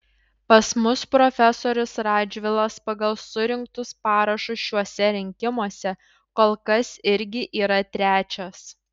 pas mus profesorius radžvilas pagal surinktus parašus šiuose rinkimuose kol kas irgi yra trečias